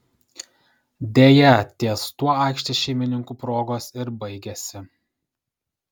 deja ties tuo aikštės šeimininkų progos ir baigėsi